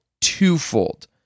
twofold